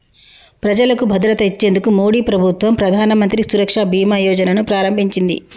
ప్రజలకు భద్రత ఇచ్చేందుకు మోడీ ప్రభుత్వం ప్రధానమంత్రి సురక్ష బీమా యోజన ను ప్రారంభించింది